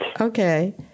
Okay